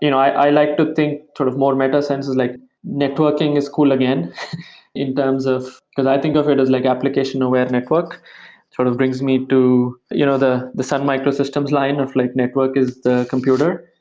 you know i like to think sort of more meta senses, like networking is cool again in terms of because i think of it as like application of where network sort of brings me to you know the the sun microsystems line of like network is the computer.